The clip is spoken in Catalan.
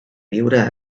viure